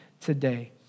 today